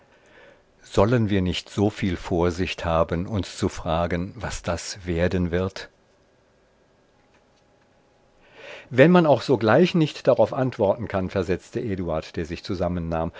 sollen wir nicht soviel vorsicht haben uns zu fragen was das werden wird wenn man auch sogleich nicht darauf antworten kann versetzte eduard der sich zusammennahm